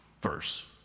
verse